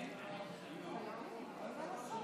נמנע אחד.